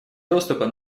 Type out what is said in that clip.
доступа